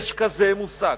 יש כזה מושג.